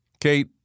Kate